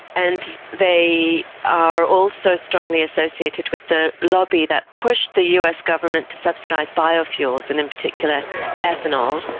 and they are also strongly associated with the lobby that pushed the us government to subsidise biofuels and in particular ethanol.